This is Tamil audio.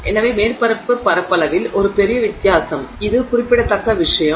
எனவே மேற்பரப்பு பரப்பளவில் ஒரு பெரிய வித்தியாசம் எனவே இது குறிப்பிடத்தக்க விஷயம்